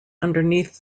underneath